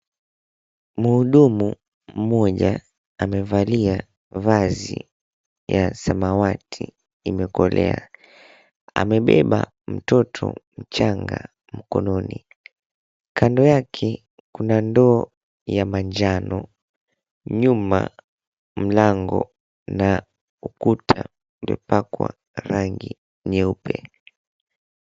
Mhudumu mmoja amevalia vazi ya samawati imekolea. Amebeba mtoto mchanga mkononi. Kando yake kuna ndoo ya manjano, nyuma mlango na ukuta uliopakwa rangi nyeupe.